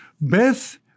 Beth